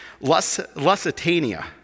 Lusitania